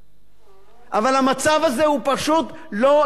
אבל המצב הזה פשוט לא יכול להיות.